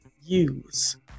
use